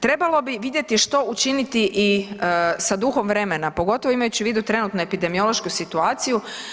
Trebalo bi vidjeti što učiniti i sa duhom vremena pogotovo imajući u vidu trenutnu epidemiološku situaciju.